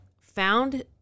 found